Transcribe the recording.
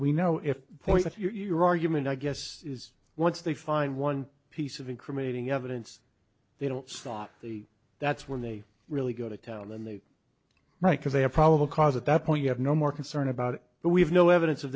we know if point your argument i guess is once they find one piece of incriminating evidence they don't stop they that's when they really go to town and they right because they have probable cause at that point you have no more concern about but we have no evidence of